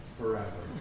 forever